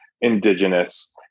Indigenous